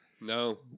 no